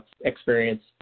experience